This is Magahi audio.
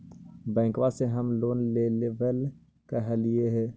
बैंकवा से हम लोन लेवेल कहलिऐ?